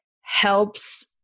helps